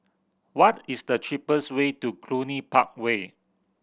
what is the cheapest way to Cluny Park Way